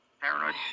paranoid